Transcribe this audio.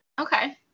Okay